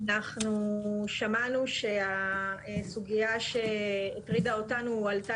אנחנו שמענו שהסוגיה שהטרידה אותנו הועלתה